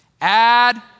Add